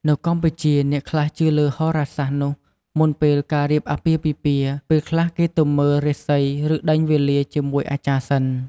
នៅកម្ពុជាអ្នកខ្លះជឿលើហោរាសាស្រ្ត នោះមុនពេលការរៀបអាពាហ៍ពិពាហ៍ ពេលខ្លះគេទៅមើលរាសី ឬដេញវេលាជាមួយអាចារ្យសិន។